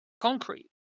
concrete